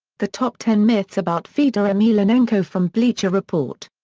the top ten myths about fedor emelianenko from bleacher report.